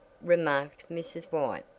remarked mrs. white,